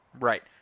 Right